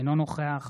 אינו נוכח